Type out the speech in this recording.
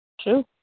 True